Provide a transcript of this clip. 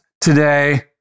today